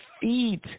feet